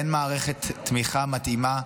מערכת תמיכה מתאימה,